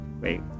wait